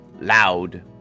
loud